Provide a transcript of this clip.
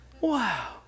Wow